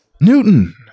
Newton